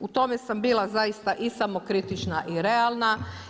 U tome sam bila zaista i samokritična i realna.